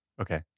Okay